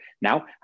Now